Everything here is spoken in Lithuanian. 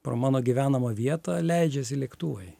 pro mano gyvenamą vietą leidžiasi lėktuvai